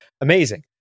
amazing